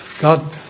God